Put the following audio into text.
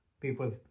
people